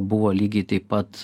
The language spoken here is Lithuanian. buvo lygiai taip pat